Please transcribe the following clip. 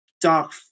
dark